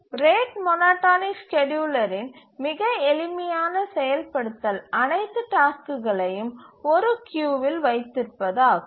rate monotonic ஸ்கேட்யூலரின் மிக எளிமையான செயல்படுத்தல் அனைத்து டாஸ்க்குகளையும் ஒரு கியூவில் வைத்திருப்பது ஆகும்